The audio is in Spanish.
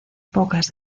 pocas